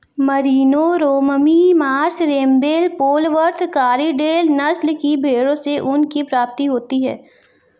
Merino, Romney Marsh, रेम्बेल, Polwarth, Corriedale नस्ल की भेंड़ों से ऊन की प्राप्ति होती है